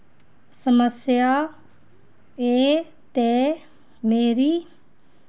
समस्या ऐ ते मेरी